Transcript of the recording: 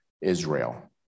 Israel